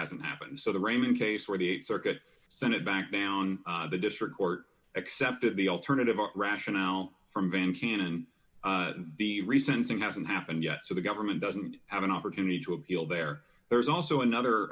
hasn't happened so the raymond case where the th circuit sent it back down the district court accepted the alternative our rationale from van cannon the recent thing hasn't happened yet so the government doesn't have an opportunity to appeal there there is also another